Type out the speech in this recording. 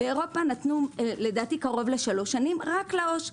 באירופה נתנו לדעתי קרוב לשלוש שנים רק לע"ש.